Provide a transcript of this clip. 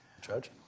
Judge